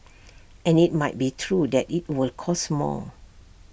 and IT might be true that IT will cost more